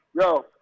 Yo